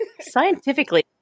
scientifically